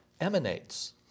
emanates